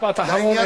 משפט אחרון,